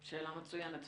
שאלה מצוינת.